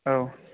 औ